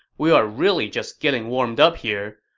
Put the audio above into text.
we are really just getting warmed up here.